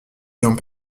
ayant